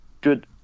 good